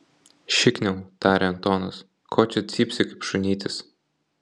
šikniau tarė antonas ko čia cypsi kaip šunytis